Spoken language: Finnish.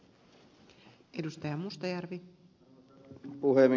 arvoisa puhemies